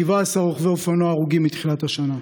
17 רוכבי אופנוע הרוגים מתחילת השנה,